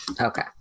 Okay